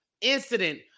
incident